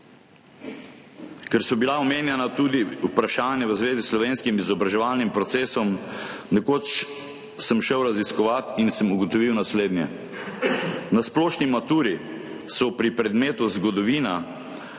Ker so bila omenjena tudi vprašanja v zvezi s slovenskim izobraževalnim procesom – nekoč sem šel raziskovat in sem ugotovil naslednje. Na splošni maturi so bila pri predmetu zgodovina